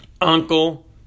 uncle